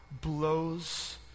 blows